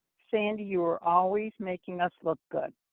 sandy, you were always making us look good.